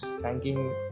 thanking